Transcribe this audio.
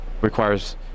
requires